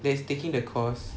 that is taking the course